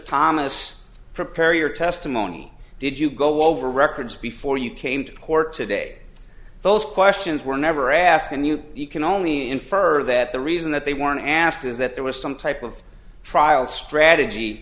thomas prepare your testimony did you go over records before you came to court today those questions were never asked and you can only infer that the reason that they want to ask is that there was some type of trial strategy